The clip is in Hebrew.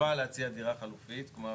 חובה להציע דירה חלופית, כלומר